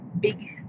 big